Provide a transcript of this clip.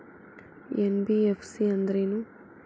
NBFC ಅಂದ್ರೇನು?